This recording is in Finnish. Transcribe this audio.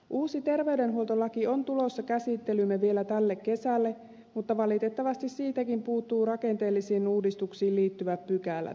uusi terveydenhuoltolaki on tulossa käsittelyymme vielä tälle kesälle mutta valitettavasti siitäkin puuttuvat rakenteellisiin uudistuksiin liittyvät pykälät